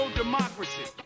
democracy